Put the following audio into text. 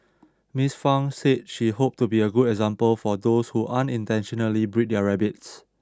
Ms Fang said she hoped to be a good example for those who unintentionally breed their rabbits